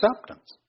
acceptance